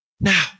Now